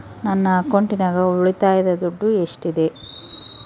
ನನ್ನ ಅಕೌಂಟಿನಾಗ ಉಳಿತಾಯದ ದುಡ್ಡು ಎಷ್ಟಿದೆ?